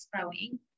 growing